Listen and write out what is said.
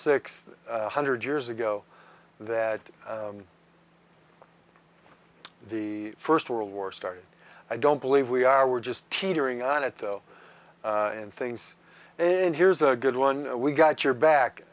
one hundred years ago that the first world war started i don't believe we are we're just teetering on it though and things and here's a good one we got your back